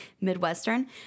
Midwestern